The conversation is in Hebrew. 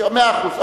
מאה אחוז.